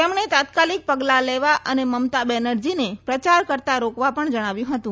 તેમણે તાત્કાલીક પગલાં લેવા અને મમતા બેનરજીને પ્રચાર કરતાં રોકવા પણ જણાવ્યું હતું